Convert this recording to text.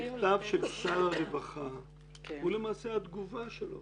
המכתב של שר הרווחה הוא למעשה התגובה שלו,